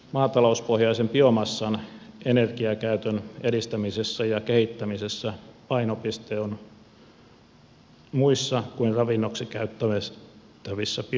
maatalouspohjaisen biomassan energiakäytön edistämisessä ja kehittämisessä painopiste on muissa kuin ravinnoksi käytettävissä biomassoissa